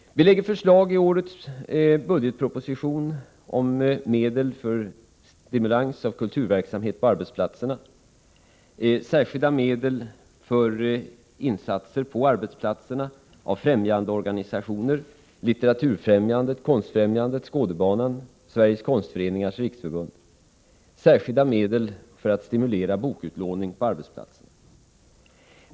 Vi lägger i årets budgetproposition fram förslag om medel för stimulans av kulturverksamhet på arbetsplatserna, särskilda medel för insatser på arbetsplatserna av främjandeorganisationer — Litteraturfrämjandet, Konstfrämjandet, Skådebanan och Sveriges konstföreningars riksförbund — samt särskilda medel för att stimulera bokutlåning på arbetsplatser.